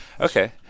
Okay